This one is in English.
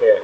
ya